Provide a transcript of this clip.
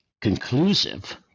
conclusive